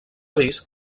vist